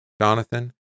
Jonathan